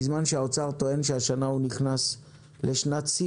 בזמן שמשרד האוצר טוען שהשנה הוא נכנס לשנת שיא